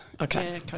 Okay